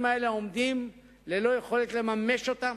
האלה עומדים ללא יכולת לממש אותם,